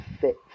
fit